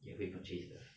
也会 purchase 的